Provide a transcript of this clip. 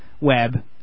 web